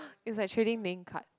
is actually name card